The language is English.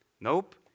Nope